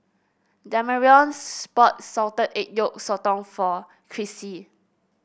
Damarion bought Salted Egg Yolk Sotong for Chrissie